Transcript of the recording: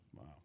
Wow